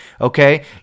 okay